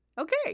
Okay